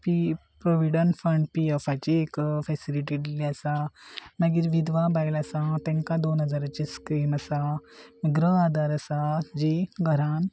P provident fund P एफाची एक facility दिल्ली आसा मागीर विधवा बायल आसा तांकां दोन हजाराची स्कीम आसा गृह आदार आसा जी घरान